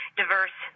diverse